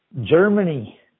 Germany